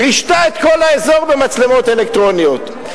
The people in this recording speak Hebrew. רישתה את כל האזור במצלמות אלקטרוניות.